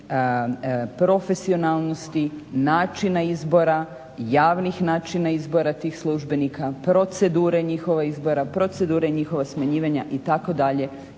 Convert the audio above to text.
profesionalnosti, načina izbora, javnih načina izbora tih službenika, procedure njihova izbora, procedure njihova smanjivanja i